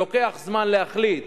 לוקח זמן להחליט